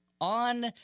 on